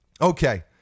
Okay